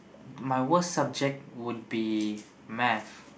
my worst subject would be Math